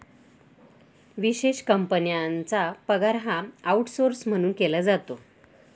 विशेष कंपन्यांचा पगार हा आऊटसौर्स म्हणून केला जातो